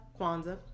Kwanzaa